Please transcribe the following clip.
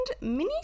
mini